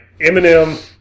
Eminem